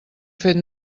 fet